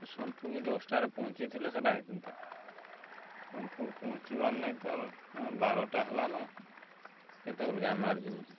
ସୋନପୁର୍କେ ଦଶ୍ଟାରେ ପହଞ୍ଚିଥିଲେ ସେଟା ହେଇଥିତା ସୋନପୁର୍ ପହଞ୍ଚିବାର୍ ନାଇଁତାଲ୍ ବାରଟା ହେଲାନ କେତେବେଲ୍କେ ଆମେ ଆର୍ ଯିମୁ